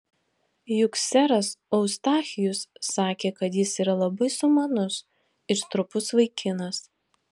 juk seras eustachijus sakė kad jis yra labai sumanus ir stropus vaikinas